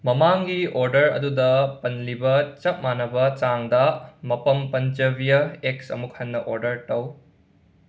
ꯃꯃꯥꯡꯒꯤ ꯑꯣꯔꯗꯔ ꯑꯗꯨꯗ ꯄꯟꯂꯤꯕ ꯆꯞ ꯃꯥꯟꯅꯕ ꯆꯥꯡꯗ ꯃꯄꯝ ꯄꯟꯆꯕꯤꯌ ꯑꯦꯒꯁ ꯑꯃꯨꯛ ꯍꯟꯅ ꯑꯣꯔꯗꯔ ꯇꯧ